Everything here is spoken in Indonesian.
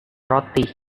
roti